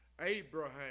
Abraham